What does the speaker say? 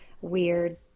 weird